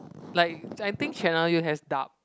like I think Channel-U has dub